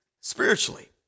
spiritually